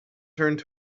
turned